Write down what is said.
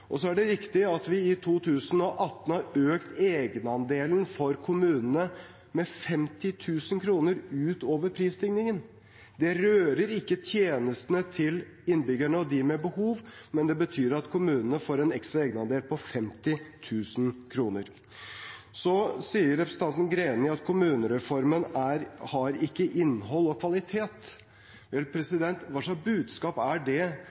Det er riktig at vi i 2018 har økt egenandelen for kommunene med 50 000 kr ut over prisstigningen. Det rører ikke tjenestene til innbyggerne og dem med behov, men det betyr at kommunene får en ekstra egenandel på 50 000 kr. Så sier representanten Greni at kommunereformen ikke har innhold og kvalitet. Vel, hva slags budskap er det